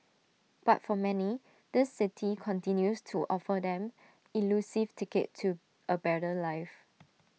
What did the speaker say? but for many this city continues to offer them elusive ticket to A better life